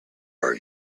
are